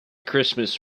christmas